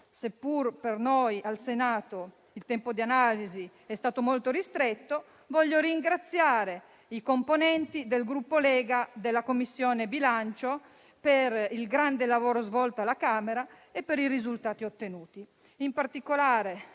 seppur per noi al Senato il tempo di analisi sia stato molto ristretto, voglio ringraziare i componenti del Gruppo Lega della Commissione bilancio per il grande lavoro svolto alla Camera e per i risultati ottenuti. In particolare